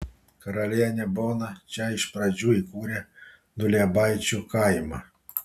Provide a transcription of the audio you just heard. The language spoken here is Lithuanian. karalienė bona čia iš pradžių įkūrė duliebaičių kaimą